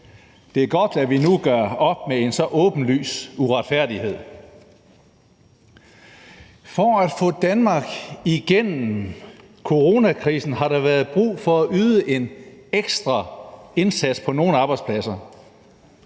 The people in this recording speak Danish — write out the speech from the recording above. Det er godt, at vi nu gør op med en så åbenlys uretfærdighed. For at få Danmark igennem coronakrisen har der været brug for at yde en ekstra indsats på nogle arbejdspladser,